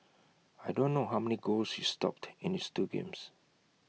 I don't know how many goals he stopped in this two games